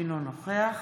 אינו נוכח